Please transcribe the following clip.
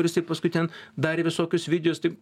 ir jisai paskui ten darė visokius videos tai